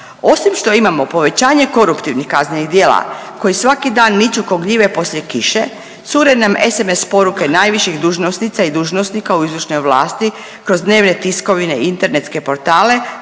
osim što imamo povećanje koruptivnih kaznenih djela koji svaki dan niču ko gljive poslije kiše, cure nam SMS poruke najviših dužnosnica i dužnosnika u izvršnoj vlasti kroz dnevne tiskovine i internetske portale